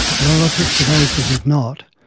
relative to those who did not,